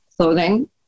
clothing